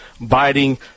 biting